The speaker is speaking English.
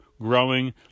growing